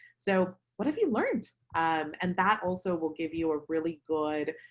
so what have you learned and that also will give you a really good